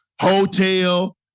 Hotel